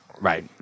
Right